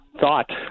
thought